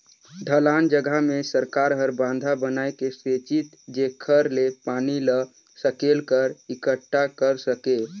ढलान जघा मे सरकार हर बंधा बनाए के सेचित जेखर ले पानी ल सकेल क एकटठा कर सके